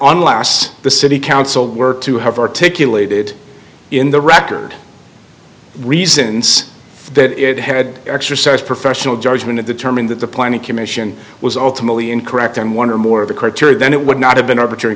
last the city council were to have articulated in the record reasons the head exercise professional judgment determined that the planning commission was ultimately incorrect on one or more of the criteria then it would not have been arbitrary